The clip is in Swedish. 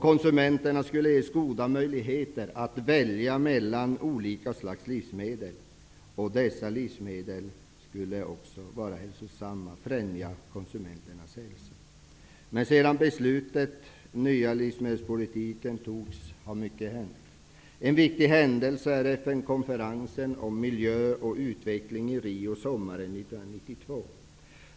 Konsumenterna skulle ges goda möjligheter att välja mellan olika slags livsmedel. Dessa livsmedel skulle också vara hälsosamma och främja konsumenternas hälsa. Sedan beslutet om den nya livsmedelspolitiken fattades har emellertid mycket hänt. En viktig händelse är den konferens om miljö och utveckling som ägde rum i Rio sommaren 1992.